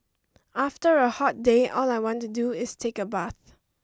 after a hot day all I want to do is take a bath